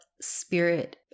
spirit